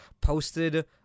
posted